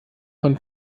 von